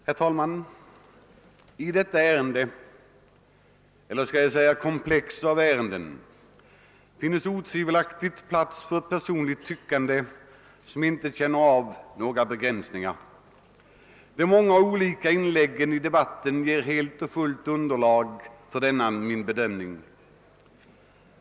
Herr talman! I detta ärende — eller kanske jag skall säga i detta komplex av ärenden — finns otvivelaktigt plats för personligt tyckande, som inte känner av någon begränsning. De många olika inläggen i debatten ger helt och fullt underlag för denna min bedömning.